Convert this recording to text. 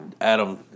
Adam